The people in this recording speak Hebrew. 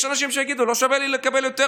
יש אנשים שיגידו: לא שווה לי לקבל יותר